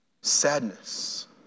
sadness